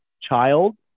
child